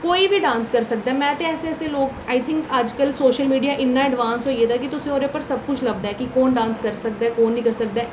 कोई बी डांस करी सकदा ऐ मैं ते ऐसे ऐसे लोक आई थिंक अज्जकल सोशल मीडिया इन्ना एडवांस होई गेदा ऐ कि तुसेंगी ओह्दे उप्पर सारा किश लभदा कि कौन डांस करी सकदा ऐ कौन नेईं करी सकदा ऐ